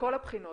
מכל הבחינות,